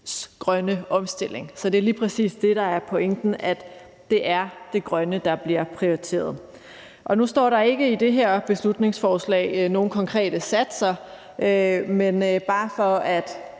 grønne omstilling. Det er lige præcis det, der er pointen: Det er det grønne, der bliver prioriteret. Nu står der ikke i det her beslutningsforslag nogen konkrete satser, men bare for at